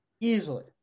Easily